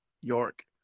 York